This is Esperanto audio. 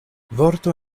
vorto